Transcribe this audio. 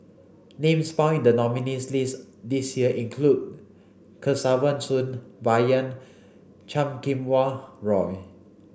names found the nominees' list this year include Kesavan Soon Bai Yan Chan Kum Wah Roy